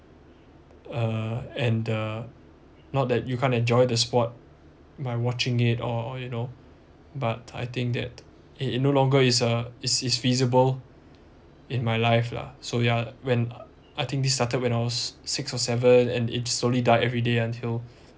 uh and the not that you can't enjoy the sport by watching it or or you know but I think that it no longer is a is is feasible in my life lah so ya when I think this started when I was six or seven and each slowly die every day until